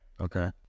okay